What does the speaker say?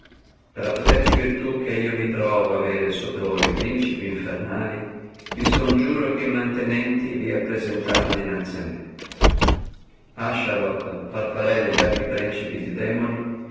per la potente virtù che io mi trovo avere sopra voi principi infernali vi scongiuro che immantenenti vi appresentate dinanzi a me asharoth farfarello e gli altri prencipi di demoni